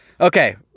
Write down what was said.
Okay